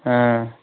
অঁ